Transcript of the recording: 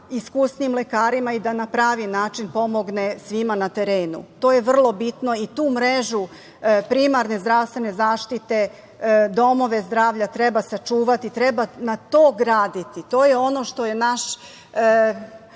iskusnim lekarima i da na pravi način pomogne svima na terenu. To je vrlo bitno i tu mrežu primarne zdravstvene zaštite, domove zdravlja treba sačuvati, treba na to graditi. To je ono što je naša